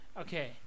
Okay